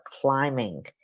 climbing